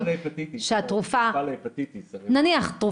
נניח התרופה להפטיטיס.